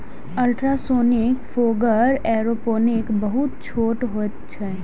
ultrasonic fogger aeroponic बहुत छोट होइत छैक